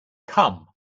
come